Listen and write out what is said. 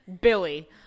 Billy